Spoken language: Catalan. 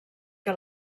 que